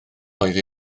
oedd